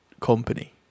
company